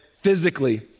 physically